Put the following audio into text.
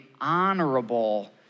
honorable